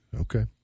Okay